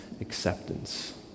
acceptance